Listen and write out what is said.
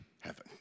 heaven